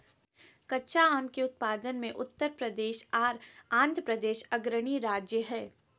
कच्चा आम के उत्पादन मे उत्तर प्रदेश आर आंध्रप्रदेश अग्रणी राज्य हय